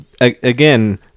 again